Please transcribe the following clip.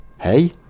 hey